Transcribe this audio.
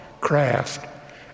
craft